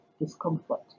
discomfort